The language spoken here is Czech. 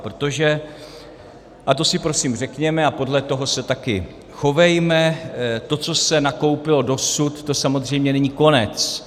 Protože, a to si prosím řekněme a podle toho se taky chovejme, to, co se nakoupilo dosud, to samozřejmě není konec.